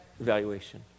evaluation